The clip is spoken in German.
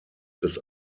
des